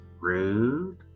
rude